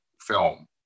film